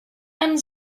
and